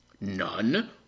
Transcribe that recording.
None